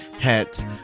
hats